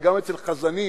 אבל גם אצל חזנים